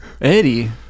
Eddie